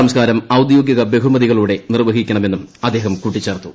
സംസ്ക്കാരം ഔദ്യോഗിക ബഹുമതികളോടെ നിർവ്വഹിക്കുമെന്നും അദ്ദേഹം കൂട്ടിച്ചേർത്തു